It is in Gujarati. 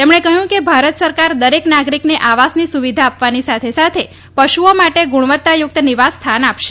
તેમણે કહ્યું કે ભારત સરકાર દરેક નાગરિકને આવાસની સુવિધા આપવાની સાથે સાથે પશુઓ માટે ગુણવત્તા યુક્ત નિવાસસ્થાન આપશે